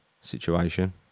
situation